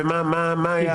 מה היה?